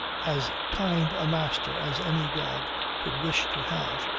as kind a master as any dog could wish to have,